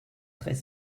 très